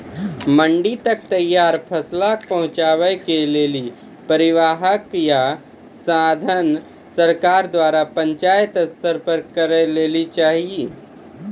मंडी तक तैयार फसलक पहुँचावे के लेल परिवहनक या साधन सरकार द्वारा पंचायत स्तर पर करै लेली चाही?